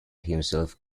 himself